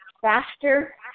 faster